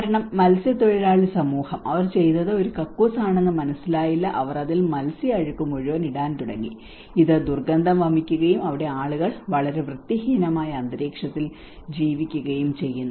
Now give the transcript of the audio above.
കാരണം മത്സ്യത്തൊഴിലാളി സമൂഹം അവർ ചെയ്തത് ഒരു കക്കൂസ് ആണെന്ന് മനസ്സിലായില്ല അവർ അതിൽ മത്സ്യ അഴുക്ക് മുഴുവൻ ഇടാൻ തുടങ്ങി ഇത് ദുർഗന്ധം വമിക്കുകയും അവിടെ ആളുകൾ വളരെ വൃത്തിഹീനമായ അന്തരീക്ഷത്തിൽ ജീവിക്കുകയും ചെയ്യുന്നു